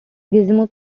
gizmo